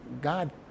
God